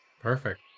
perfect